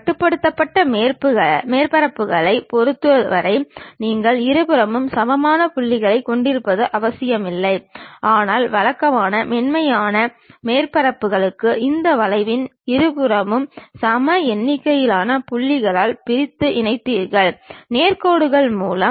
கட்டுப்படுத்தப்பட்ட மேற்பரப்புகளைப் பொறுத்தவரை நீங்கள் இருபுறமும் சமமான புள்ளிகளைக் கொண்டிருப்பது அவசியமில்லை ஆனால் வழக்கமாக மென்மையான மேற்பரப்புகளுக்கு இந்த வளைவின் இருபுறமும் சம எண்ணிக்கையிலான புள்ளிகளாகப் பிரித்து இணைந்தீர்கள் நேர் கோடுகள் மூலம்